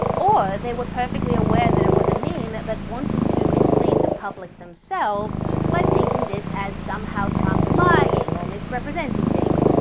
or they were perfectly aware that it was a meme, but wanted to mislead the public themselves by painting this as somehow trump lying or misrepresenting things.